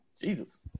Jesus